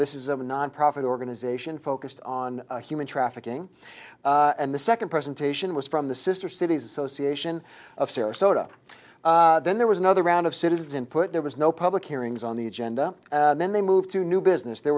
this is a nonprofit organization focused on human trafficking and the second presentation was from the sister cities association of sarasota then there was another round of citizens input there was no public hearings on the agenda then they moved to new business there